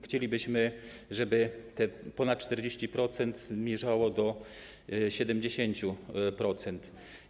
Chcielibyśmy, żeby te ponad 40% zmierzało do 70%.